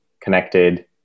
connected